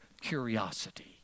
curiosity